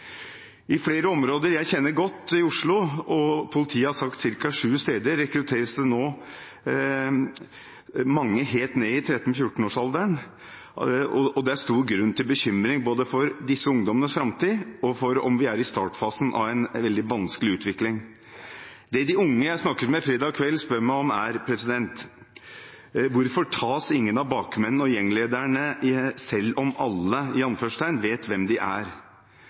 I flere områder i Oslo – politiet har sagt at det er ca. sju steder – som jeg kjenner godt, rekrutteres det nå mange helt ned i 13–14-årsalderen. Det er stor grunn til bekymring både for disse ungdommenes framtid og for om vi er i startfasen av en veldig vanskelig utvikling. Det de unge jeg snakket med fredag kveld, spør meg om, er: Hvorfor tas ingen av bakmennene og gjenglederne selv om «alle» vet hvem de er?